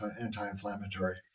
anti-inflammatory